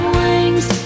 wings